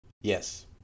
Yes